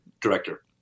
director